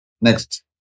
Next